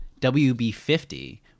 WB50